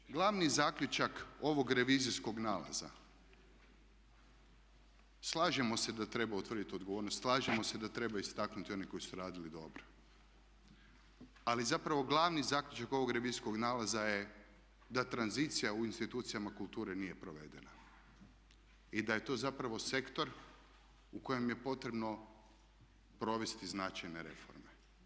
Pa nama, glavni zaključak ovog revizijskog nalaza, slažemo se da treba utvrditi odgovornost, slažemo se da treba istaknuti one koji su radili dobro, ali zapravo glavni zaključak ovog revizijskog nalaza je da tranzicija u institucijama kulture nije provedena i da je to zapravo sektor u kojem je potrebno provesti značajne reforme.